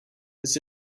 this